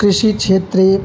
कृषिक्षेत्रे